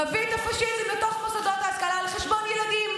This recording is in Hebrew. מביא את הפשיזם לתוך מוסדות ההשכלה על חשבון ילדים.